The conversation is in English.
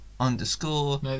underscore